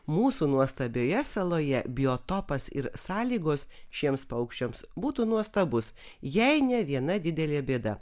mūsų nuostabioje saloje biotopas ir sąlygos šiems paukščiams būtų nuostabus jei ne viena didelė bėda